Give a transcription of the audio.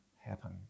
happen